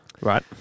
Right